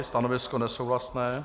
Stanovisko nesouhlasné.